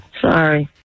Sorry